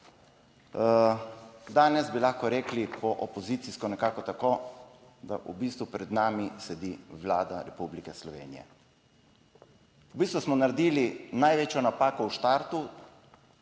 Danes bi lahko rekli po opozicijsko nekako tako, da v bistvu pred nami sedi Vlada Republike Slovenije. V bistvu smo naredili največjo napako v štartu